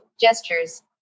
gestures